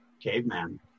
caveman